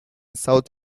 south